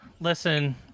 Listen